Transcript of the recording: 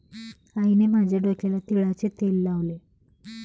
आईने माझ्या डोक्याला तिळाचे तेल लावले